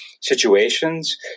situations